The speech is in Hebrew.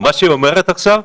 מה שהיא אומרת עכשיו,